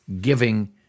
giving